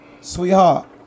sweetheart